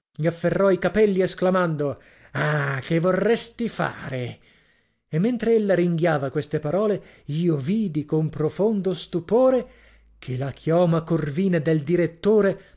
gli afferrò i capelli esclamando ah che vorresti fare e mentre ella ringhiava queste parole io vidi con profondo stupore che la chioma corvina del direttore